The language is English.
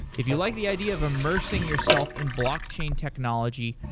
if you like the idea of immersing yourself in blockchain technology,